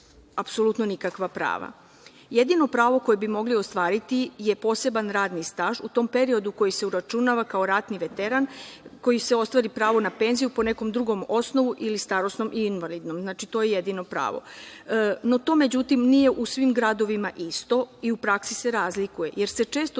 apsolutno nikakva prava. Jedino pravo koje bi mogli ostvariti je poseban radni staž u tom periodu koji se uračunava kao ratni veteran, koji se ostvari pravo na penziju po nekom drugom osnovu ili starosnom i invalidnom. To je jedino pravo.No, to međutim nije u svim gradovima isto i u praksi se razlikuje, jer se često